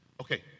Okay